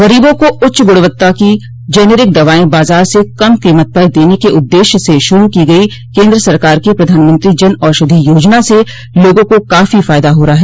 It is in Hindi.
गरीबों को उच्च गुणवत्ता की जेनरिक दवाएं बाजार से कम कीमत पर देने के उद्देश्य से शुरू की गई केन्द्र सरकार की प्रधानमंत्री जन औषधि योजना से लोगों को काफी फायदा हो रहा है